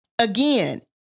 again